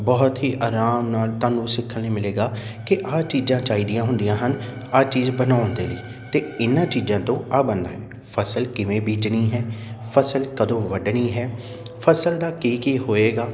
ਬਹੁਤ ਹੀ ਆਰਾਮ ਨਾਲ ਤੁਹਾਨੂੰ ਸਿੱਖਣ ਲਈ ਮਿਲੇਗਾ ਕਿ ਆਹ ਚੀਜ਼ਾਂ ਚਾਹੀਦੀਆਂ ਹੁੰਦੀਆਂ ਹਨ ਆਹ ਚੀਜ਼ ਬਣਾਉਣ ਦੇ ਲਈ ਅਤੇ ਇਹਨਾਂ ਚੀਜ਼ਾਂ ਤੋਂ ਆਹ ਬਣਦਾ ਫ਼ਸਲ ਕਿਵੇਂ ਬੀਜਣੀ ਹੈ ਫ਼ਸਲ ਕਦੋਂ ਵੱਢਣੀ ਹੈ ਫ਼ਸਲ ਦਾ ਕੀ ਕੀ ਹੋਏਗਾ